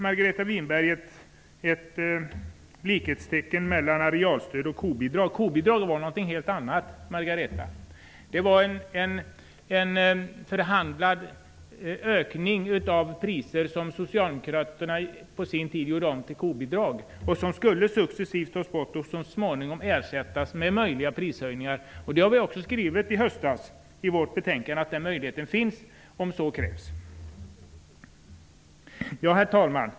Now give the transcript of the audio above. Margareta Winberg sätter vidare likhetstecken mellan arealstöd och kobidrag. Kobidrag var något helt annat. Socialdemokraterna gjorde på sin tid om en förhandlad ökning av priser till kobidrag. Dessa skulle successivt tas bort och så småningom eventuellt ersättas med prishöjningar. Vi har också i höstas i vårt betänkande skrivit att den möjligheten står till förfogande. Herr talman!